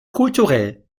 kulturell